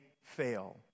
fail